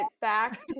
back